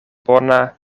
bona